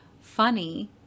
funny